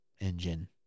engine